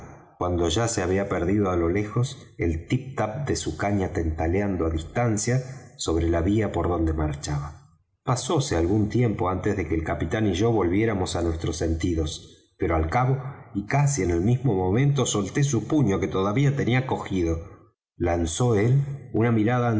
cuando ya se había perdido á lo lejos el tip tap de su caña tentaleando á distancia sobre la vía por donde marchaba pasóse algún tiempo antes de que el capitán y yo volviéramos á nuestros sentidos pero al cabo y casi en el mismo momento solté su puño que todavía tenía cogido lanzó él una mirada